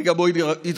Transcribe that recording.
הרגע שבו התרגשתי,